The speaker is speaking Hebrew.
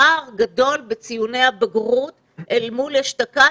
פער גדול בציוני הבגרות אל מול אשתקד.